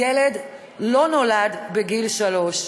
ילד לא נולד בגיל שלוש.